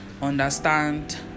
understand